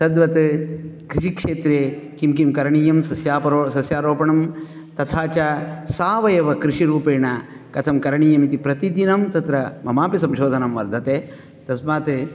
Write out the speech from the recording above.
तद्वत् कृषिक्षेत्रे किं किं करणीयं सस्यारोपणं तथा च सावेव कृषिरूपेण कथं करणीयम् इति प्रतिदिनं तत्र ममापि संशोधनं वर्धते तस्मात्